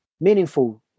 meaningful